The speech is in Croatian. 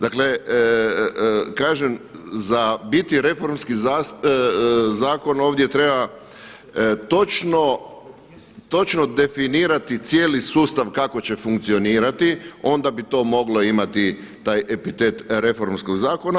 Dakle, kažem za biti reformski zakon ovdje treba točno definirati cijeli sustav kako će funkcionirati, onda bi to moglo imati taj epitet reformskog zakona.